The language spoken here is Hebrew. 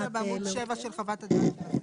זה מופיע בעמוד 7 של חוות הדעת.